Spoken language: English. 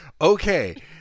Okay